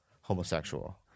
homosexual